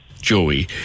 Joey